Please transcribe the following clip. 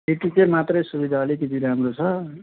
यति चाहिँ मात्रै सुविधा अलिकति राम्रो छ